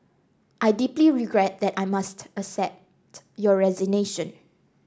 I deeply regret that I must accept your resignation